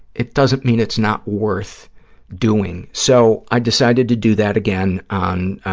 it doesn't mean it's not worth doing. so, i decided to do that again on